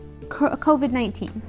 COVID-19